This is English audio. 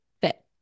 fit